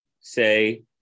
say